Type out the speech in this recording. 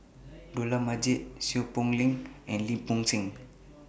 Dollah Majid Seow Poh Leng and Lim Bo Seng